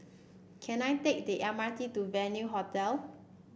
can I take the M R T to Venue Hotel